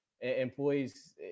employees